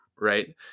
right